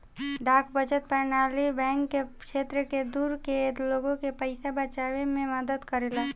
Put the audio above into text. डाक बचत प्रणाली बैंक के क्षेत्र से दूर के लोग के पइसा बचावे में मदद करेला